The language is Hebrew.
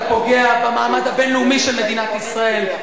אתה פוגע במעמד הבין-לאומי של מדינת ישראל,